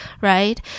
right